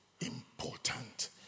important